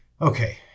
Okay